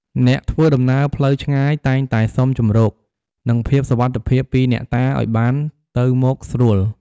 អ្នកធ្វើដំណើរផ្លូវឆ្ងាយតែងតែសុំជម្រក និងភាពសុវត្ថិភាពពីអ្នកតាឱ្យបានទៅមកស្រួល។